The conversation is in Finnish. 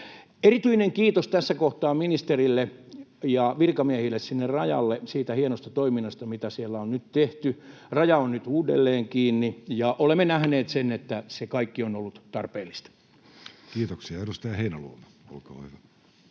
Erityinen kiitos tässä kohtaa ministerille ja virkamiehille sinne rajalle siitä hienosta toiminnasta, mitä siellä on nyt tehty. Raja on nyt uudelleen kiinni, ja olemme nähneet sen, että se kaikki on ollut tarpeellista. [Speech 247] Speaker: Jussi Halla-aho